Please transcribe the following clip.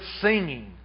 singing